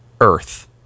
earth